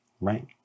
Right